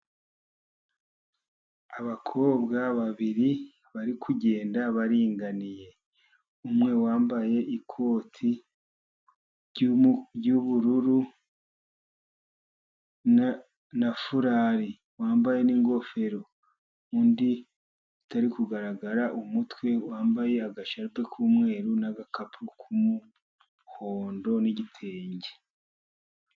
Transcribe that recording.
Abakobwa babiri bari kugenda baringaniye ,umwe wambaye ikoti ry'ubururu ,na furari ,wambaye n'ingofero, undi utari kugaragara umutwe wambaye agashati k'umweru, n'agakapu k'umuhondo ,n'igitenge.